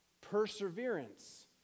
perseverance